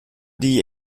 die